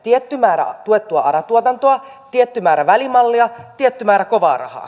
tietty määrä tuettua ara tuotantoa tietty määrä välimallia tietty määrä kovaarahaa